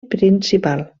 principal